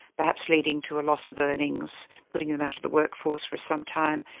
perhaps leading to a loss of earnings, putting them out of the workforce for some time,